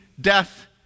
death